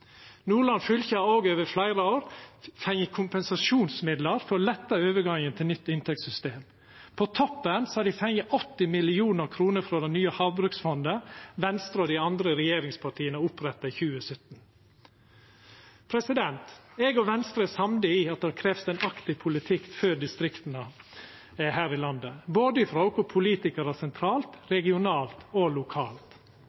Nordland fylke har òg over fleire år fått kompensasjonsmidlar for å letta overgangen til nytt inntektssystem. På toppen har dei fått 80 mill. kr frå det nye havbruksfondet Venstre og dei andre regjeringspartia oppretta i 2017. Eg og Venstre er samde i at det krevst ein aktiv politikk for distrikta her i landet, både frå politikarar sentralt,